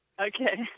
Okay